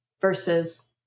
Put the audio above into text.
versus